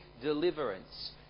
deliverance